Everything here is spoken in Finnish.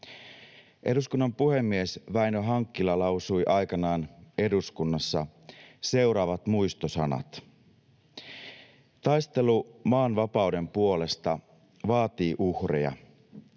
Eduskunnan puhemies Väinö Hakkila lausui aikanaan eduskunnassa seuraavat muistosanat: ”Taistelu maan vapauden puolesta vaatii uhreja.